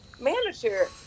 manager